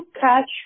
catch